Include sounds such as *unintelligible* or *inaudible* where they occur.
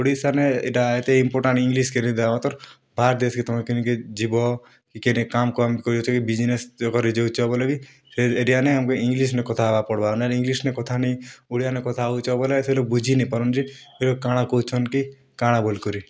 ଓଡ଼ିଶାନେ ଇ'ଟା ଏତେ important English *unintelligible* ବାହାର୍ ଦେଶ୍ କେ ତୁମେ କେନ୍ କେ ଯିବ କେନ୍ କାମ୍ କରି *unintelligible* ବିଜ୍ନେସ୍ କରି ଯାଉଛ ବେଲେ ବି ସେ ଏରିଆନେ ଇଂଗ୍ଲିଶ୍ ନେ କଥା ହେବାକେ ପଡ଼୍ବା ନି ହେଲେ ଇଂଗ୍ଲିଶ୍ ନେ କଥା ନେଇ ଓଡ଼ିଆନେ କଥା ହେଉଛ ବେଲେ ସେ ଲୋକ୍ ବୁଝି ନାଇ ପାରନ୍ରେ ଇଏ କ'ଣ କହୁଛନ୍ କି କାଁଣା ବୋଲି କରି